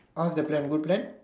how's the plan good plan